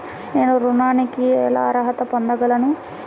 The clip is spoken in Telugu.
నేను ఋణానికి ఎలా అర్హత పొందగలను?